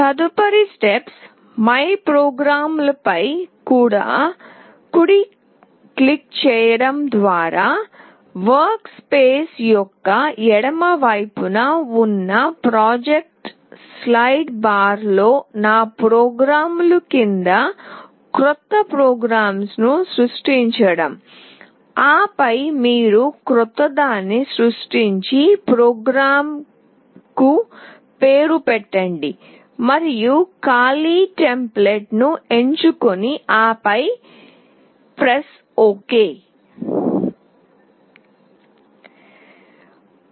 తదుపరి steps my program లపై కుడి క్లిక్ చేయడం ద్వారా వర్క్స్పేస్ యొక్క ఎడమ వైపున ఉన్న ప్రాజెక్ట్ స్లైడ్ బార్ లో మైప్రోగ్రామ్ లు కింద క్రొత్త ప్రోగ్రామ్ ను సృష్టించడం ఆపై మీరు క్రొత్తగా సృష్టించిన ప్రోగ్రామ్ కు పేరు పెట్టండి మరియు ఖాళీ టెంప్లేట్ను ఎంచుకుని ఆపై OK ని నొక్కండి